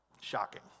Shocking